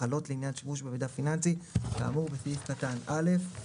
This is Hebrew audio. החלות לעניין שימוש במידע פיננסי כאמור בסעיף קטן (א).